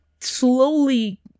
slowly